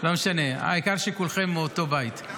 לא משנה, העיקר שכולכם מאותו בית.